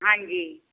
ਹਾਂਜੀ